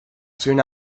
soon